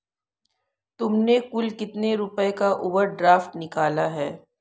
तुमने कुल कितने रुपयों का ओवर ड्राफ्ट निकाला है?